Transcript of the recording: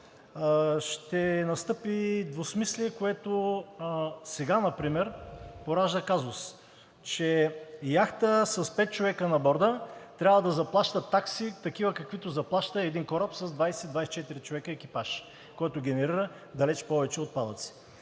ще настъпи двусмислие, което сега например поражда казус, че яхта с пет човека на борда трябва да заплаща такси, каквито заплаща един кораб с 20 – 24 човека екипаж, който генерира далеч повече отпадъци.